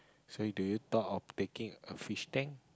so you do you thought of taking a fish tank